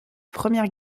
première